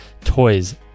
toys